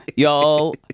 Y'all